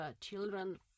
children